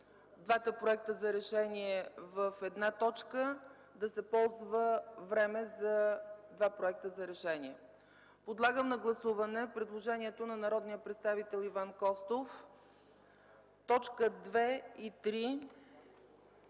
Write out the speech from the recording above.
двата проекта за решение в една точка, да се ползва време за два проекта за решение. Подлагам на гласуване предложението на народния представител Иван Костов – точки 2 и 3